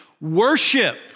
worship